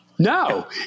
No